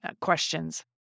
questions